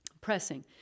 Pressing